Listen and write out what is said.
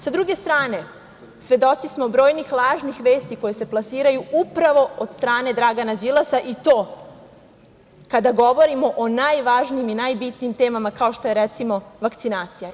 S druge strane, svedoci smo brojnih lažnih vesti koje se plasiraju upravo od strane Dragana Đilasa, i to kada govorimo o najvažnijim i najbitnijim temama, kao što je, recimo, vakcinacija.